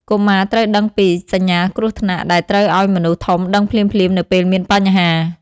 កុមារត្រូវដឹងពី សញ្ញាគ្រោះថ្នាក់ ដែលត្រូវឱ្យមនុស្សធំដឹងភ្លាមៗនៅពេលមានបញ្ហា។